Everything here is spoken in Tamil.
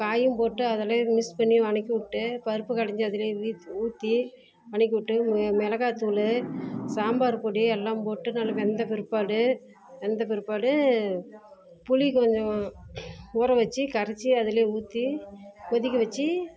காயும் போட்டு அதுலேயே மிக்ஸ் பண்ணி வதக்கி விட்டு பருப்பு கடைஞ்சி அதுலேயே ஊற்றி வதக்கி உட்டு மிளகாத்தூளு சாம்பார் பொடி எல்லாம் போட்டு நல்லா வெந்த பிற்பாடு வெந்த பிற்பாடு புளி கொஞ்சம் ஊற வைச்சி கரைச்சி அதுலேயே ஊற்றி கொதிக்க வைச்சி